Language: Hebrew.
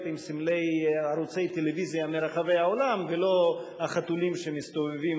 עם סמלי ערוצי טלוויזיה מרחבי העולם ולא החתולים שמסתובבים,